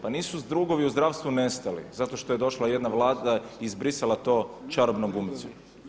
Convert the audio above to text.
Pa nisu dugovi u zdravstvu nestali zato što je došla jedna Vlada i izbrisala to čarobnom gumicom.